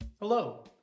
Hello